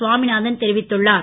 சுவாமிநாதன் தெரிவித்துள்ளார்